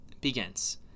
begins